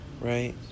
Right